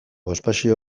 bospasei